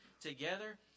together